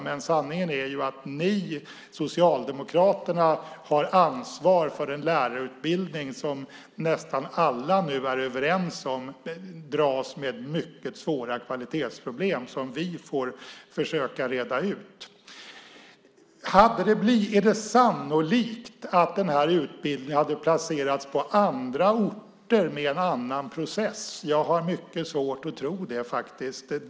Men sanningen är att ni socialdemokrater har ansvar för en lärarutbildning som nästan alla nu är överens om dras med mycket svåra kvalitetsproblem som vi får försöka reda ut. Är det sannolikt att den här utbildningen hade placerats på andra orter med en annan process? Jag har faktiskt mycket svårt att tro det.